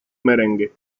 merengue